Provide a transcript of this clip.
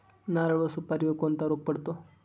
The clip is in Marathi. नारळ व सुपारीवर कोणता रोग पडतो?